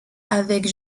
avec